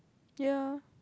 ya